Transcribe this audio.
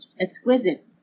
exquisite